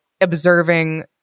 observing